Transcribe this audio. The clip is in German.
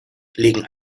legen